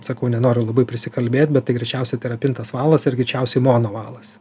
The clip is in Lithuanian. sakau nenoriu labai prisikalbėt bet tai greičiausiai tai yra pintas valas ir greičiausiai monovalas